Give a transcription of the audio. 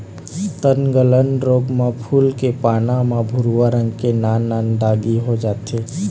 तनगलन रोग म फूल के पाना म भूरवा रंग के नान नान दागी हो जाथे